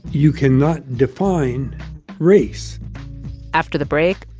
you cannot define race after the break,